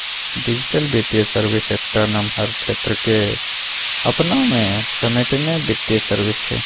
digital बित्तीय service एकटा नमहर क्षेत्र केँ अपना मे समेटने बित्तीय सर्विस छै